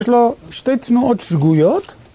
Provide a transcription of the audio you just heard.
יש לו שתי תנועות שגויות